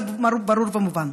זה ברור ומובן.